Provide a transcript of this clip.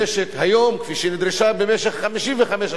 כפי שהיא נדרשה במשך 55 השנים שעברו,